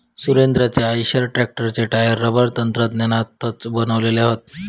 सुरेंद्राचे आईसर ट्रॅक्टरचे tyre rubber तंत्रज्ञानातनाच बनवले हत